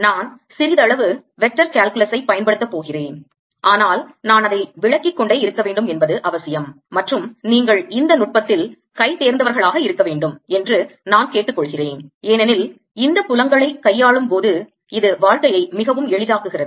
நான் சிறிதளவு vector calculus ஐ பயன்படுத்த போகிறேன் ஆனால் நான் அதை விளக்கிக் கொண்டே இருக்க வேண்டும் என்பது அவசியம் மற்றும் நீங்கள் இந்த நுட்பத்தில் கைதேர்ந்தவர்களாக இருக்கவேண்டும் என்று நான் கேட்டுக்கொள்கிறேன் ஏனெனில் இந்த புலங்களை கையாளும் போது இது வாழ்க்கையை மிகவும் எளிதாக்குகிறது